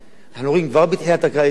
אנחנו רואים כבר בתחילת הקיץ הזה,